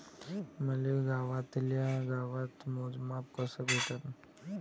मले गावातल्या गावात मोजमाप कस भेटन?